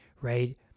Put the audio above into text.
right